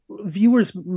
Viewers